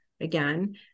again